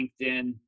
LinkedIn